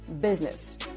business